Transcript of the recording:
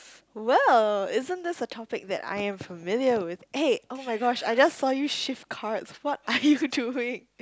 well isn't this a topic that I am familiar with eh [oh]-my-gosh I just saw you shift cards what are you doing